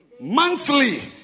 Monthly